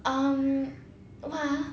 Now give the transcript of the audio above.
um what ah